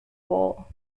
war